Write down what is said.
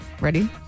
Ready